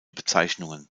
bezeichnungen